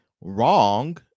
wrong